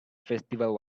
festival